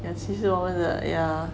and 其实我们的 yea